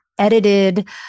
edited